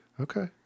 Okay